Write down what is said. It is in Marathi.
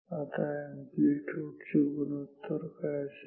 आता अॅम्प्लीट्यूड चे गुणोत्तर काय असेल